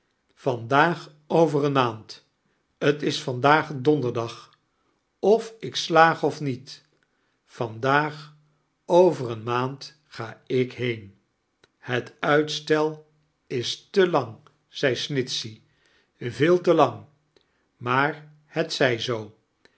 daag over eene maand t is vandaag donderdag of i k slaag of niet vandaag over eene maand ga ik heein het uitstel is te lang zei snitchey veel te lang maar het zij zoo